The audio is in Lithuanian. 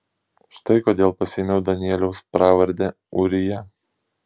štai kodėl pasiėmiau danieliaus pravardę ūrija